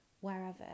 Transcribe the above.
wherever